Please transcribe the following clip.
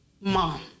mom